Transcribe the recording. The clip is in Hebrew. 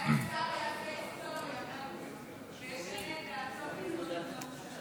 אולי השר יעשה היסטוריה וישנה את דעתו בעקבות הדברים שלך.